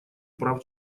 прав